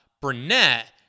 Burnett